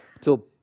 till